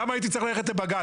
למה הייתי צריך ללכת לבג"ץ?